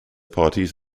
parties